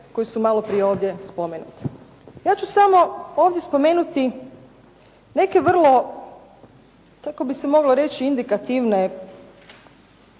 koje su malo prije ovdje spomenute. Ja ću samo ovdje spomenuti neke vrlo tako bi se moglo reći indikativne